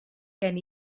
gen